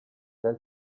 del